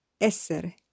essere